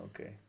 okay